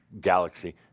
galaxy